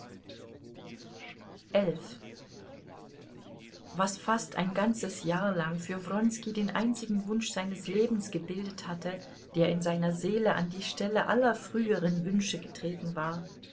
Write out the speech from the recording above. was fast ein ganzes jahr lang für wronski den einzigen wunsch seines lebens gebildet hatte der in seiner seele an die stelle aller früheren wünsche getreten war